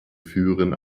führen